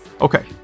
Okay